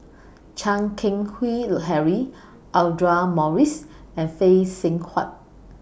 Chan Keng Howe Harry Audra Morrice and Phay Seng Whatt